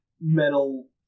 metal